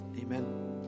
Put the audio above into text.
amen